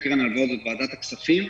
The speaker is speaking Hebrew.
בנושא קרן הלוואות זאת ועדת הכספים.